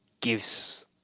gives